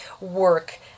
work